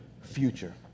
future